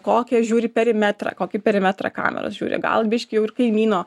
kokią žiūri perimetrą kokį perimetrą kameros žiūri gal biškį jau ir kaimyno